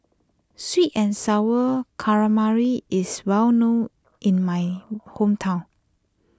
Sweet and Sour Calamari is well known in my hometown